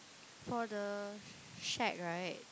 for the shack right